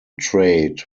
trade